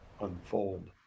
unfold